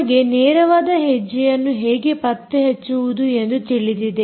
ನಿಮಗೆ ನೇರವಾದ ಹೆಜ್ಜೆಯನ್ನು ಹೇಗೆ ಪತ್ತೆಹಚ್ಚುವುದು ಎಂದು ತಿಳಿದಿದೆ